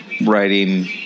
writing